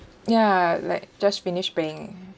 ya like just finished paying